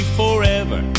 forever